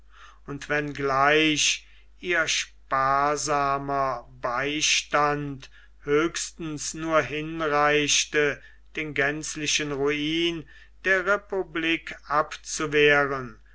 und wenn gleich ihr sparsamer beistand höchstens nur hinreichte den gänzlichen ruin der republik abzuwehren